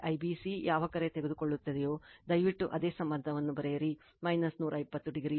IABIBC ಯಾವ ಕರೆ ತೆಗೆದುಕೊಳ್ಳುತ್ತದೆಯೋ ದಯವಿಟ್ಟು ಅದೇ ಸಂಬಂಧವನ್ನು ಪಡೆಯಿರಿ 120o